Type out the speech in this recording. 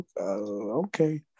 okay